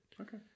Okay